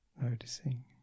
noticing